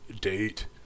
date